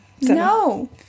No